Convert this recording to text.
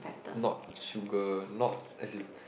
not sugar not as in